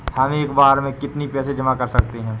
हम एक बार में कितनी पैसे जमा कर सकते हैं?